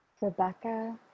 Rebecca